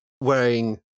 wearing